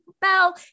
bell